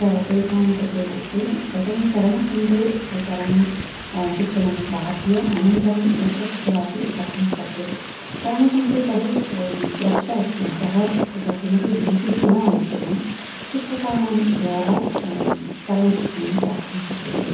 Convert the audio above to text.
तेषां कृते इत्युक्ते प्रथमं तरणकुण्डे तरणं शिक्षणं प्राप्य अनन्तरं यत्र कुत्रापि कर्तुं शक्यते तरणकुण्डे बहु सुरक्षा अस्ति अतः तत्र किमपि भीतिः न आवश्यकम् शिक्षकाणां द्वारा तरणशिक्षणं प्राप्तुं शक्यते